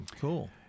Cool